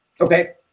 Okay